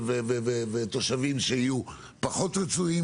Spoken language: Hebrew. ותושבים שיהיו פחות רצויים.